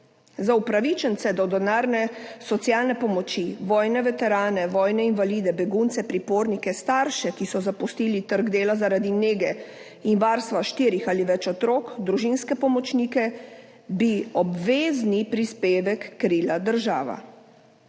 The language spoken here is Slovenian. Za upravičence do denarne socialne pomoči, vojne veterane, vojne invalide, begunce, pripornike, starše, ki so zapustili trg dela zaradi nege in varstva štirih ali več otrok, družinske pomočnike bi obvezni prispevek krila država.